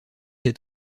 est